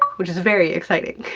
which is very exciting.